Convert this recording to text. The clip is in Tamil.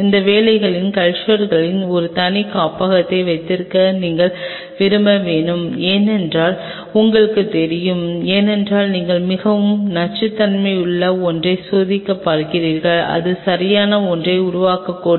அந்த வகையான கல்ச்சர்களுக்கு ஒரு தனி காப்பகத்தை வைத்திருக்க நீங்கள் விரும்ப வேண்டும் ஏனென்றால் உங்களுக்குத் தெரியாது ஏனென்றால் நீங்கள் மிகவும் நச்சுத்தன்மையுள்ள ஒன்றை சோதித்துப் பார்க்கிறீர்கள் அது சரியான ஒன்றை உருவாக்கக்கூடும்